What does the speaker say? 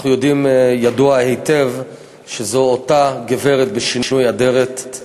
אנחנו יודעים ידוע היטב שזו אותה גברת בשינוי אדרת.